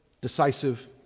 decisive